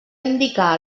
indicar